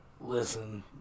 Listen